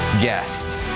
guest